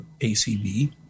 ACB